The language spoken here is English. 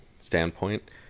standpoint